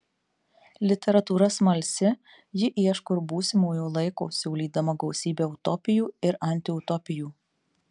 literatūra smalsi ji ieško ir būsimojo laiko siūlydama gausybę utopijų ir antiutopijų